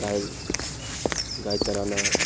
गाय गाय चराना